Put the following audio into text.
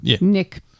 nick